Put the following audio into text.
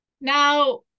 Now